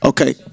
Okay